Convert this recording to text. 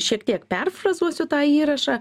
šiek tiek perfrazuosiu tą įrašą